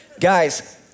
Guys